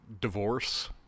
divorce